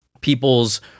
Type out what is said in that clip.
people's